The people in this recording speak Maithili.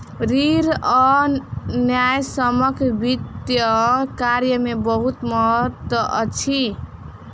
ऋण आ न्यायसम्यक वित्तीय कार्य में बहुत महत्त्व अछि